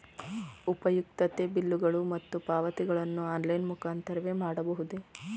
ಉಪಯುಕ್ತತೆ ಬಿಲ್ಲುಗಳು ಮತ್ತು ಪಾವತಿಗಳನ್ನು ಆನ್ಲೈನ್ ಮುಖಾಂತರವೇ ಮಾಡಬಹುದೇ?